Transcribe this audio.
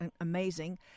amazing